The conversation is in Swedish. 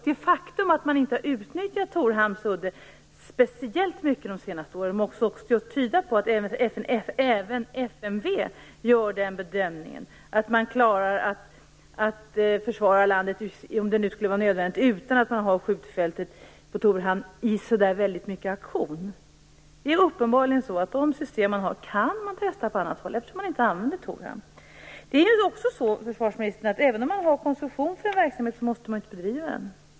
Det faktum att man inte har utnyttjat Torhamns udde speciellt mycket de senaste åren måste ju tyda på att även FMV gör bedömningen att man klarar att försvara landet, om det nu skulle bli nödvändigt, utan att ha skjutfältet på Torhamn i aktion i så speciellt stor utsträckning. Det är uppenbarligen så att man kan testa de system man har på annat håll eftersom man inte använder Torhamn. Det är också så, försvarsministern, att även om man har koncession för en verksamhet måste man ju inte bedriva den.